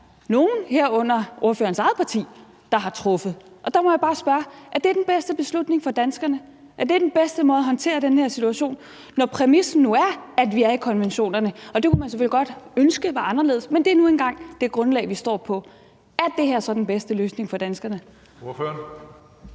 nogle, herunder ordførerens eget parti, har truffet. Der må jeg bare spørge: Er det den bedste beslutning for danskerne? Er det den bedste måde at håndtere den her situation på, når præmissen nu er, at vi har tiltrådt konventionerne, hvilket man selvfølgelig godt kunne ønske var anderledes, men det er nu engang det grundlag, vi står på. Er det her så den bedste løsning for danskerne? Kl.